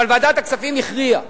אבל ועדת הכספים הכריעה.